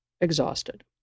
exhausted